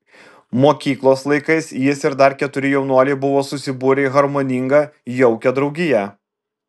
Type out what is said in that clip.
mokyklos laikais jis ir dar keturi jaunuoliai buvo susibūrę į harmoningą jaukią draugiją